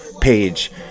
page